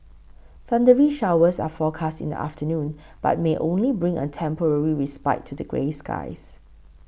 thundery showers are forecast in the afternoon but may only bring a temporary respite to the grey skies